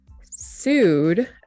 sued